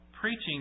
preaching